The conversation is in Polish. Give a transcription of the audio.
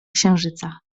księżyca